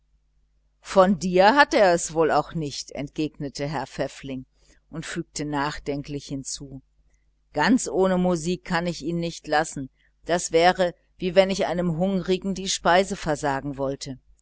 von dir hat er es wohl auch nicht entgegnete herr pfäffling und fügte nachdenklich hinzu ganz ohne musik kann ich ihn nicht lassen das wäre wie wenn ich einem hungrigen die speise versagen wollte